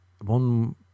one